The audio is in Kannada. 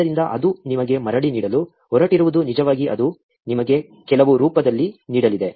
ಆದ್ದರಿಂದ ಅದು ನಿಮಗೆ ಮರಳಿ ನೀಡಲು ಹೊರಟಿರುವುದು ನಿಜವಾಗಿ ಅದು ನಿಮಗೆ ಕೆಲವು ರೂಪದಲ್ಲಿ ನೀಡಲಿದೆ